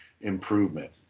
improvement